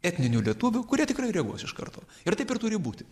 etninių lietuvių kurie tikrai reaguos iš karto ir taip ir turi būti